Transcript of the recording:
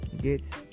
Gates